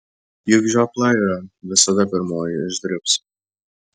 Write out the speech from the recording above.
juk žiopla yra visada pirmoji išdribs